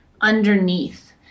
underneath